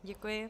Děkuji.